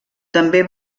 també